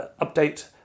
update